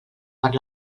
per